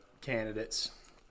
candidates